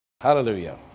hallelujah